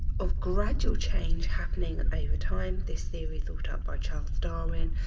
of gradual change happening over time. this theory thought up by charles darwin.